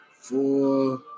four